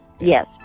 yes